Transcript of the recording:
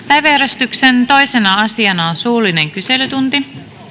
päiväjärjestyksen toisena asiana on suullinen kyselytunti